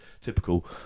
Typical